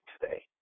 today